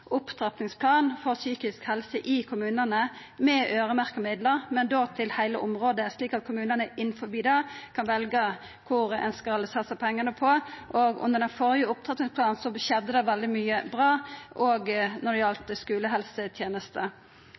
opptrappingsplan for psykisk helse i kommunane med øyremerkte midlar, men då til heile området, slik at kommunane innanfor det kan velja kva ein vil satsa pengane på. Under den førre opptrappingsplanen skjedde det veldig mykje bra, òg når det gjaldt skulehelseteneste.